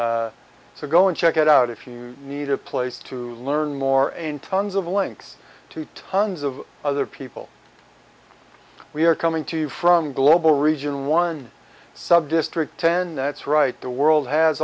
state to go and check it out if you need a place to learn more and tons of links to tons of other people we are coming to you from global region one subdistrict ten that's right the world has